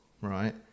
right